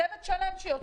צוות שלם שיוצא.